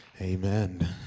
Amen